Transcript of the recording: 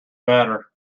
matter